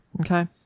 okay